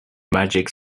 magic